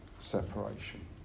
separation